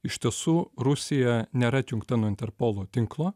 iš tiesų rusija nėra atjungta nuo interpolo tinklo